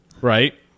Right